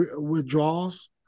withdrawals